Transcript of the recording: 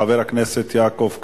חברי הכנסת יעקב כץ,